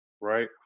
Right